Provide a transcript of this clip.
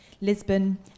Lisbon